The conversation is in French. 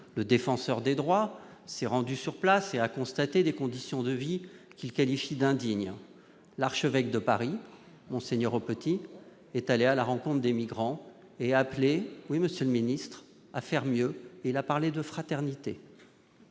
Le Défenseur des droits s'est rendu sur place et a constaté des conditions de vie qu'il qualifie d'indignes. L'archevêque de Paris, Mgr Aupetit, est allé à la rencontre des migrants et a appelé à faire mieux ; il a parlé de « fraternité